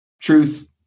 truth